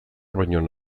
baino